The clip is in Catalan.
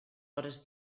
hores